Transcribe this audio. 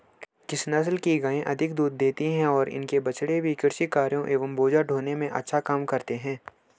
किस नस्ल की गायें अधिक दूध देती हैं और इनके बछड़े भी कृषि कार्यों एवं बोझा ढोने में अच्छा काम करते हैं?